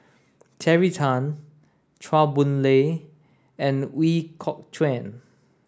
Terry Tan Chua Boon Lay and Ooi Kok Chuen